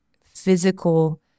physical